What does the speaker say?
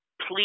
please